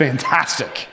Fantastic